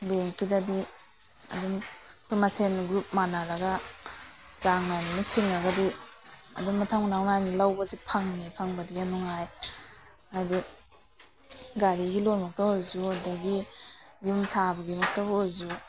ꯕꯦꯡꯀꯤꯗꯗꯤ ꯑꯗꯨꯝ ꯑꯩꯈꯣꯏ ꯃꯁꯦꯟ ꯒ꯭ꯔꯨꯞ ꯃꯥꯟꯅꯔꯒ ꯆꯥꯡ ꯅꯥꯏꯅ ꯑꯗꯨꯝ ꯁꯤꯡꯉꯒꯗꯤ ꯑꯗꯨꯝ ꯃꯊꯪ ꯃꯅꯥꯎ ꯅꯥꯏꯅ ꯂꯧꯕꯁꯤ ꯐꯪꯉꯦ ꯐꯪꯕꯗꯤ ꯌꯥꯝ ꯅꯨꯡꯉꯥꯏ ꯍꯥꯏꯗꯤ ꯒꯥꯔꯤꯒꯤ ꯂꯣꯟꯃꯛꯇ ꯑꯣꯏꯔꯁꯨ ꯑꯗꯒꯤ ꯌꯨꯝ ꯁꯥꯕꯒꯤ ꯃꯛꯇ ꯑꯣꯏꯔꯁꯨ